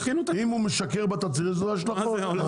אם הוא משקר בתצהיר יש לזה השלכות.